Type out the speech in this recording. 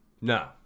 No